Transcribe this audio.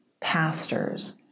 pastors